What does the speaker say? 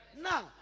Now